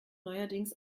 neuerdings